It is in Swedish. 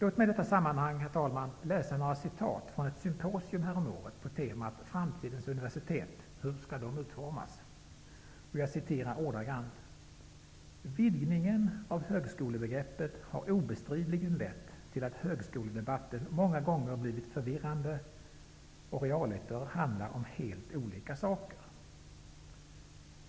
Låt mig i detta sammanhang, herr talman, läsa några citat från ett symposium häromåret på temat Jag citerar ordagrant:''Vidgningen av högskolebegreppet har obestridligen lett till att höskoledebatten många gånger blivit förvirrande och realiter handlar om helt olika saker.